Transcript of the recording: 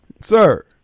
Sir